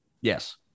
Yes